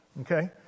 Okay